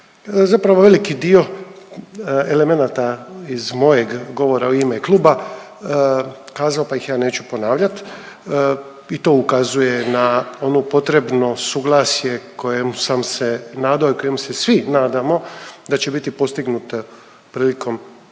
zapravo veliki dio elemenata iz mojeg govora u ime kluba kazao pa ih ja neću ponavljat i to ukazuje na onu potrebno suglasje kojem sam se nadao i kojem se svi nadamo da će biti postignuto prilikom